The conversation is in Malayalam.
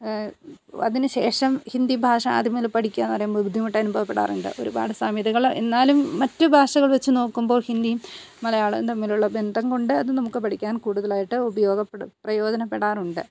അതിന്ശേഷം ഹിന്ദി ഭാഷ ആദ്യം മുതൽ പഠിക്കുക എന്ന് പറയുമ്പോൾ ബുദ്ധിമുട്ട് അനുഭവപ്പെടാറുണ്ട് ഒരുപാട് സാമ്യതകൾ എന്നാലും മറ്റു ഭാഷകൾ വച്ചു നോക്കുമ്പോൾ ഹിന്ദിയും മലയാളം തമ്മിലുള്ള ബന്ധം കൊണ്ട് അത് നമുക്ക് പഠിക്കാൻ കൂടുതലായിട്ട് ഉപയോഗപ്പെടും പ്രയോജനപ്പെടാറുണ്ട്